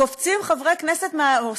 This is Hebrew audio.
קופצים חברי כנסת או שרים,